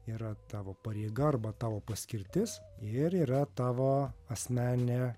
yra tavo pareiga arba tavo paskirtis ir yra tavo asmeninė